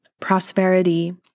prosperity